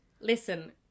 listen